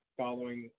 following